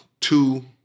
two